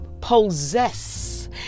possess